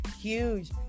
huge